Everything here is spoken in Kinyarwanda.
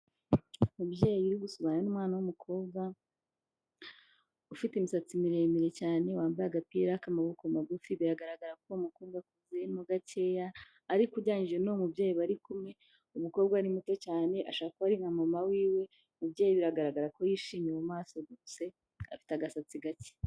mubyeyi uri gusomana n'umwana w'umukobwa ufite imisatsi miremire cyane wambaye agapira k'amaboko magufi, biragaragara ko uwo mukobwa atukuyemo gakeya ariko ugereranyije n'uwo mubyeyi bari kumwe umukobwa we ni muto cyane, ashobora kuba ari nka mama w'iwe, umubyeyi biragaragara ko yishimye mu mu maso rwose afite agasatsi gake.